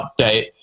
update